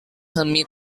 semi